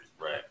Right